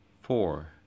four